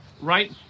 right